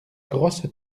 grosse